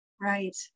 Right